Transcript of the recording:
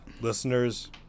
Listeners